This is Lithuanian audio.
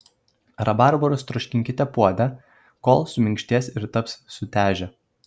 rabarbarus troškinkite puode kol suminkštės ir taps sutežę